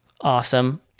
awesome